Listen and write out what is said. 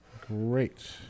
Great